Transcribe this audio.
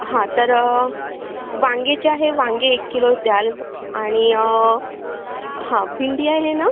हा तर वांगे जे आहे वांगे एक किलो द्याल आणि हा भेंडी आहे ना